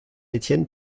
étienne